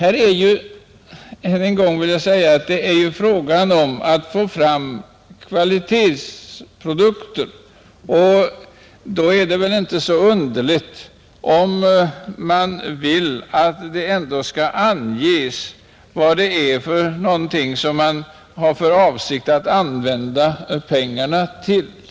Än en gång vill jag säga att det är ju fråga om att få fram kvalitetsprodukter, och då är det väl inte så underligt om man vill att det ändå skall anges vad det är man har för avsikt att använda pengarna till.